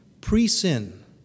pre-sin